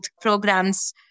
programs